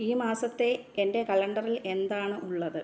ഈ മാസത്തെ എന്റെ കലണ്ടറിൽ എന്താണ് ഉള്ളത്